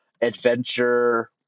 Adventure